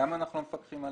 למה אנחנו לא מפקחים על